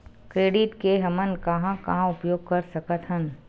Credit के हमन कहां कहा उपयोग कर सकत हन?